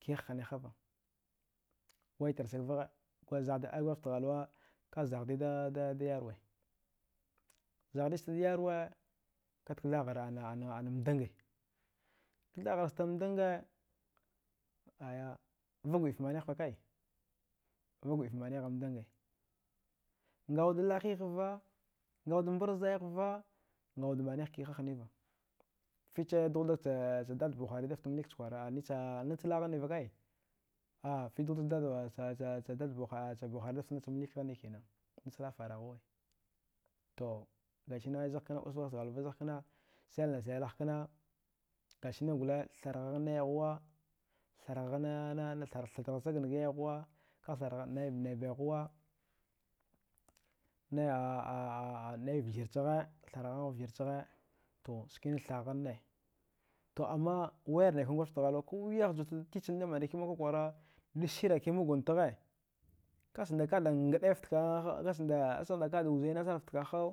Kiha hnee hava waitarsagvagha ai gwadjgaft ghalwa kazaghdida yarwa zaghdis-stada yarwa kata kthaghrram danga kthaghrrastam danga aya vag wuɗiff manighfa kai vagwuɗiff manigh mdanga, ngawud lahighva ngawud mbarzaighva ngawud manigh kiha hniva ficha dughudagcha dad buhari dafta mlik chkwara nachla. a ghannifa kai a fich dad buhari daftanach mlik ghanni kina nachla faraghuwa to gashinan zaghkana osa gwadjgaft ghalwa vazaghkna. selna selghkana gashinan gole tharghaghn yayghuwa thatarghachaghanga yayghuwa kagh thargha nai nai baighuwa nai nai vjir chagha tharghaghan vjir chagha to skina thaghanneto ammawayarnikan gwadjgaft ghalwa kuwiyah juwa titchinda manakiman kwakwara dasiraki muguntaghe kachanda kanda nɗaiftagha kachaghda kada wuzai nasaraftkaghhaw